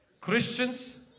Christians